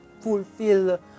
fulfill